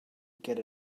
get